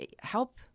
help